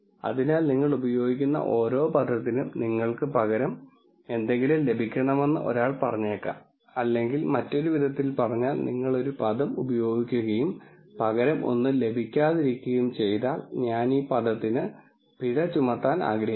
അതിനാൽ നിങ്ങൾ ഉപയോഗിക്കുന്ന ഓരോ പദത്തിനും നിങ്ങൾക്ക് പകരം എന്തെങ്കിലും ലഭിക്കണമെന്ന് ഒരാൾ പറഞ്ഞേക്കാം അല്ലെങ്കിൽ മറ്റൊരു വിധത്തിൽ പറഞ്ഞാൽ നിങ്ങൾ ഒരു പദം ഉപയോഗിക്കുകയും പകരം ഒന്നും ലഭിക്കാതിരിക്കുകയും ചെയ്താൽ ഞാൻ ഈ പദത്തിന് പിഴ ചുമത്താൻ ആഗ്രഹിക്കുന്നു